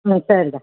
ம் சரிடா